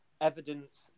evidence